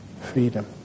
freedom